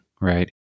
right